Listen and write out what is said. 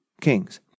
kings